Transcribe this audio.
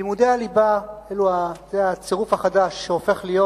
לימודי הליבה זה הצירוף החדש שהופך להיות